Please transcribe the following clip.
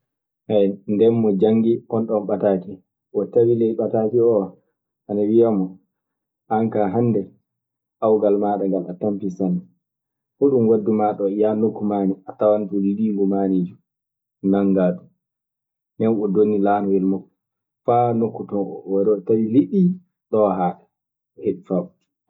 Mi kaa cordi defammi, cordi ko saabi so milmi min gañata ekoo fooɗo ndirtee e muuɗum koo! cordi yo huunde non nde min njiɗi sanne. Saka maaderema nokku amen oo Maasina yimɓe ana njiɗi cordi faa ɗoo haatata; beetee fuu ɗum yimɓe ñaamata. Sa a waawi defude cordi lobbiri sikke fuu walaa an gañata ɗum.